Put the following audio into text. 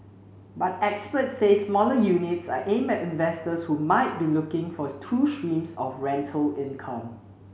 but experts say smaller units are aimed at investors who might be looking for two streams of rental income